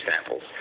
samples